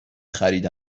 خرید